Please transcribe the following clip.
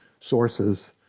sources